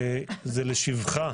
זה לשבחה